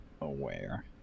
aware